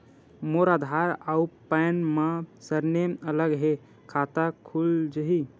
मोर आधार आऊ पैन मा सरनेम अलग हे खाता खुल जहीं?